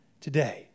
today